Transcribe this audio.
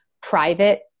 private